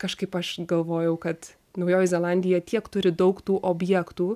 kažkaip aš galvojau kad naujoji zelandija tiek turi daug tų objektų